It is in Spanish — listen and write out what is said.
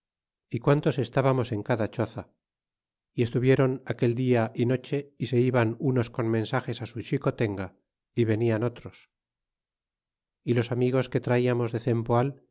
y quan tos estábamos en cada choza y estuvieron aquel dia y noche y se iban unos con mensages su xicotenga y venian otros y los amigos que traiamos de